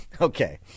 Okay